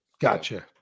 Gotcha